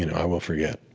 and i will forget.